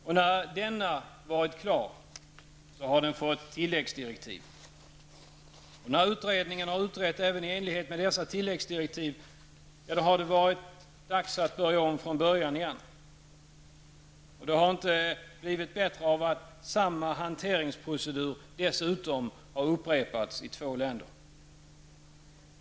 När denna varit klar, har den fått tilläggsdirektiv. När utredningen har utrett även i enlighet med dessa tilläggsdirektiv, har det varit dags att börja om från början igen. Det har inte blivit bättre av att samma hanteringsprocedur dessutom har upprepats i två länder.